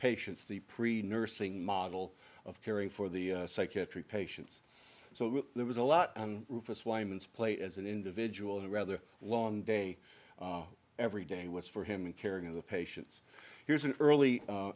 patients the pre nursing model of caring for the psychiatric patients so there was a lot on rufus wyman's plate as an individual in a rather long day every day was for him and caring of the patients here's an early